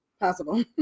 possible